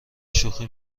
شوخی